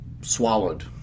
swallowed